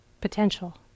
potential